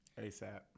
ASAP